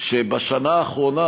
על שבשנה האחרונה,